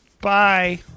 Bye